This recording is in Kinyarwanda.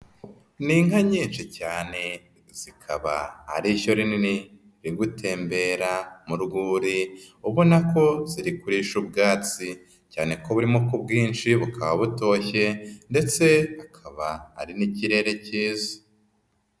Ni inka nyinshi cyane zikaba ari ishyo rinini riri gutembera mu rwuri ubona ko ziri kurisha ubwatsi cyane ko burimo ku bwinshi bukaba butoshye ndetse akaba ari n'ikirere kiza.